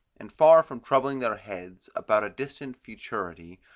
and far from troubling their heads about a distant futurity,